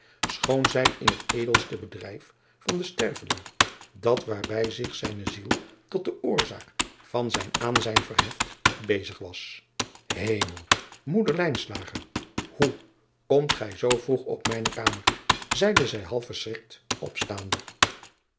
schoon zij in het edelste bedrijf van den sterveling dat waarbij zich zijne ziel tot de orzaak van zijn aanzijn verheft bezig was emel oeder hoe komt gij zoo vroeg op mijne kamer zeide zij half verschrikt opstaande